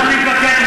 אתה מתווכח,